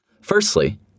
Firstly